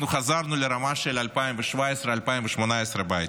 אנחנו חזרנו לרמה של 2017 2018 בהייטק,